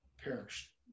perished